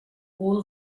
all